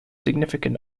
significant